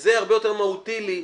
וזה הרבה יותר מהותי לי.